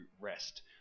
rest